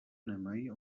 nemají